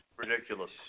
Ridiculous